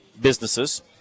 businesses